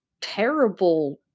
terrible